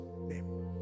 name